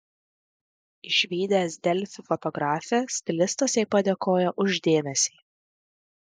išvydęs delfi fotografę stilistas jai padėkojo už dėmesį